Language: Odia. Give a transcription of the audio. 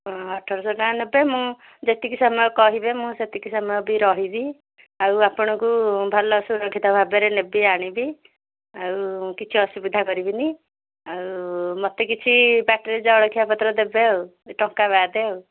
ହଁ ଅଠର ଶହ ଟଙ୍କା ଦେବେ ମୁଁ ଯେତିକି ସମୟ କହିବେ ମୁଁ ସେତିକି ସମୟ ବି ରହିବି ଆଉ ଆପଣଙ୍କୁ ଭଲ ସୁରକ୍ଷିତ ଭାବରେ ନେବି ଆଣିବି ଆଉ କିଛି ଅସୁବିଧା କରିବିନି ଆଉ ମୋତେ କିଛି ବାଟରେ ଜଳଖିଆ ପତ୍ର ଦେବେ ଆଉ ଟଙ୍କା ବାଦେ ଆଉ